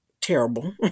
terrible